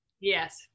Yes